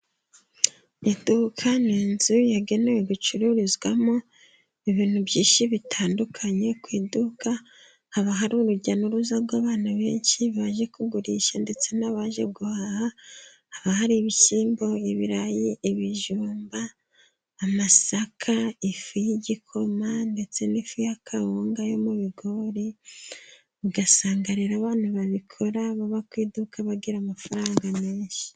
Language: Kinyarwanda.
Iduka ni inzu yagenewe gucururizwamo ibintu byinshi bitandukanye. Ku iduka haba hari urujya n'uruza rw'abantu benshi baje kugurisha ndetse n'abaje guhaha haba hari ibishyimbo, ibirayi, ibijumba, amasaka, ifu y'igikoma, ndetse n'ifu ya kawunga yo mu bigori. Ugasanga rero abantu babikora baba ku iduka, bagira amafaranga menshi.